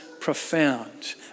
profound